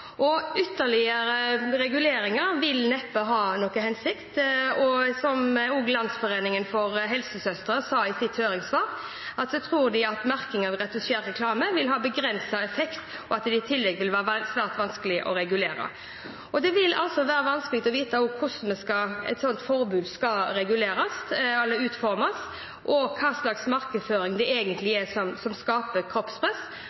kjønnene. Ytterligere reguleringer vil neppe ha noen hensikt, og som Landsgruppen av helsesøstre sa i sitt høringssvar, tror de merking av retusjert reklame vil ha begrenset effekt, og at det i tillegg vil være svært vanskelig å regulere. Det vil altså være vanskelig å vite hvordan et slikt forbud skal reguleres eller utformes, og hvilken markedsføring det egentlig er som skaper kroppspress.